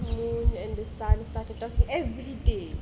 moon and the sun started talking everyday